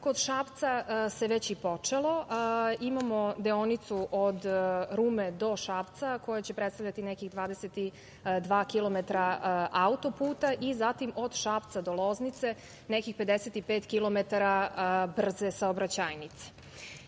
kod Šapca, se već i počelo. Imamo deonicu od Rume do Šapca koja će predstavljati nekih 22 km auto-puta i od Šapca do Loznice nekih 55 km brze saobraćajnice. Time